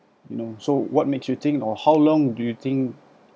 no so what makes you think or how long do you think